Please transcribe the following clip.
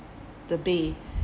the bay